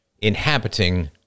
inhabiting